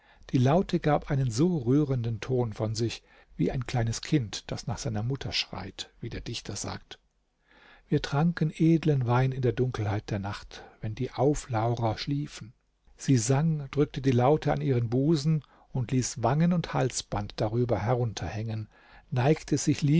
die laute gab einen so rührenden ton von sich wie ein kleines kind das nach seiner mutter schreit wie der dichter sagt wir tranken edlen wein in der dunkelheit der nacht wenn die auflaurer schliefen sie sang drückte die laute an ihren busen und ließ wangen und halsband darüber herunterhängen neigte sich